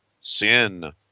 sin